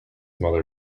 mother